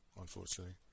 unfortunately